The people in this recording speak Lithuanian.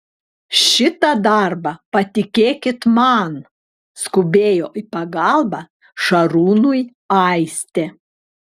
šitą darbą patikėkit man skubėjo į pagalbą šarūnui aistė